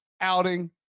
outing